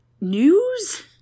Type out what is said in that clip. news